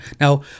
Now